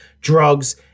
drugs